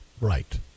right